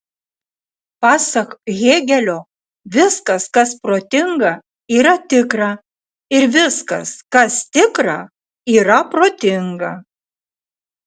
pasak hėgelio viskas kas protinga yra tikra ir viskas kas tikra yra protinga